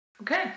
Okay